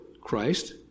Christ